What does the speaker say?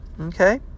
Okay